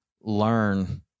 learn